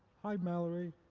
hi, mallory.